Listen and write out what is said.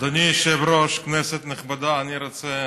אדוני היושב-ראש, כנסת נכבדה, אני רוצה